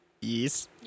Yes